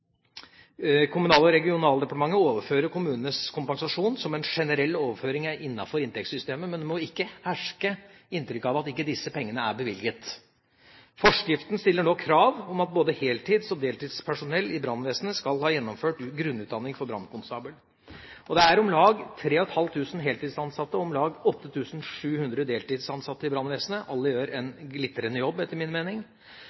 Kommunal- og regionaldepartementet overfører kommunenes kompensasjon som en generell overføring innenfor inntektssystemet, men det må ikke herske tvil om at disse pengene er bevilget. Forskriften stiller nå krav om at både heltids- og deltidspersonell i brannvesenet skal ha gjennomført grunnutdanning for brannkonstabel. Det er om lag 3 500 heltidsansatte og om lag 8 700 deltidsansatte i brannvesenet. Alle gjør